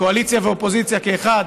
קואליציה ואופוזיציה כאחד,